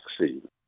vaccine